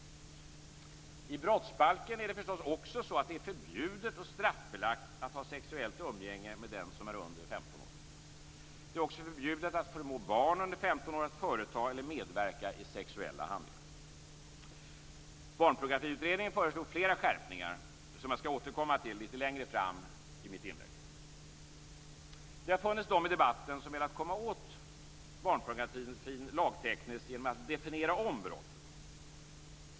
I brottsbalken är det förstås också så att det är förbjudet och straffbelagt att ha sexuellt umgänge med den som är under 15 år. Det är också förbjudet att förmå barn under 15 år att företa eller medverka i sexuella handlingar. Barnpornografiutredningen föreslog flera skärpningar, som jag skall återkomma till litet längre fram i mitt inlägg. Det har funnits de i debatten som velat komma åt barnpornografin lagtekniskt genom att definiera om brottet.